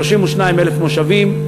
32,000 מושבים,